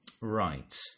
Right